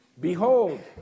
Behold